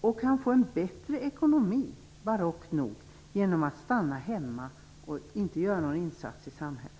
De kan, barockt nog, få en bättre ekonomi genom att stanna hemma och inte göra någon insats i samhället.